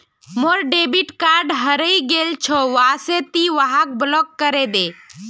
मोर debit card हरइ गेल छ वा से ति वहाक ब्लॉक करे दे